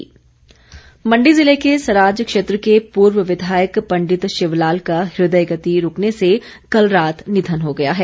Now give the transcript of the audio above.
निधन मण्डी ज़िले में सराज क्षेत्र के पूर्व विधायक पंडित शिवलाल का हृदय गति रूकने से कल रात निधन हो गया है